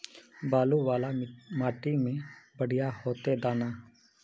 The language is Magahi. बालू वाला माटी में बढ़िया होते दाना?